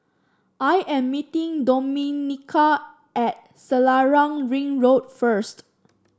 I am meeting Domenica at Selarang Ring Road first